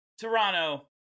Toronto